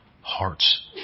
hearts